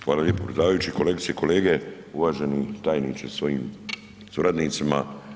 Hvala lijepo predsjedavajući, kolegice i kolege, uvaženi tajniče sa svojim suradnicima.